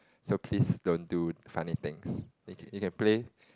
so please don't do funny things you you can play